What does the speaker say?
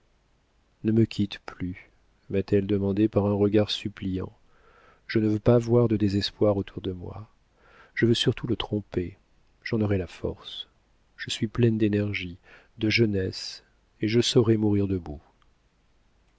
ne me quitte plus m'a-t-elle demandé par un regard suppliant je ne veux pas voir de désespoir autour de moi je veux surtout le tromper j'en aurai la force je suis pleine d'énergie de jeunesse et je saurai mourir debout